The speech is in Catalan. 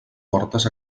portes